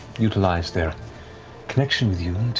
utilize their connection with you